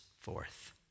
forth